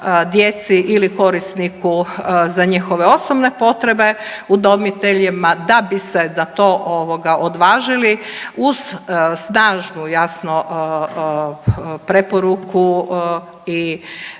djeci ili korisniku za njihove osnovne potrebe, udomiteljima da bi se za to ovoga odvažili uz snažnu jasno preporuku i